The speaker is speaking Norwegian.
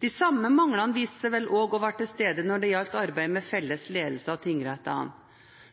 De samme manglene viste seg vel også å ha vært til stede når det gjaldt arbeidet med felles ledelse av tingrettene.